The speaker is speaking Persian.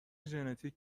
ژنتیک